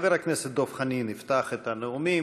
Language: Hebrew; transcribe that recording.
חבר הכנסת דב חנין יפתח את הנאומים,